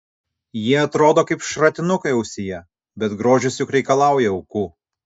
jie atrodo kaip šratinukai ausyje bet grožis juk reikalauja aukų